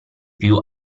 più